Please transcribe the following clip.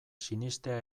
sinestea